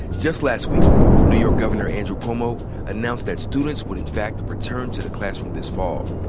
just last week new york governor andrew cuomo announced that students would in fact return to the classroom this fall.